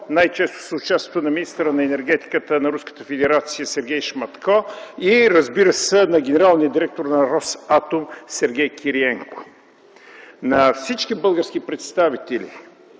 най-често с участието на министъра на енергетиката на Руската федерация Сергей Шматко и, разбира се, на генералния директор на „Росатом” Сергей Кириенко. На всички български представители,